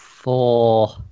Four